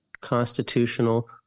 constitutional